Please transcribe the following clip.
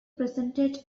percentage